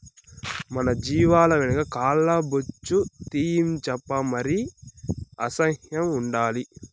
మన జీవాల వెనక కాల్ల బొచ్చు తీయించప్పా మరి అసహ్యం ఉండాలి